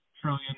trillion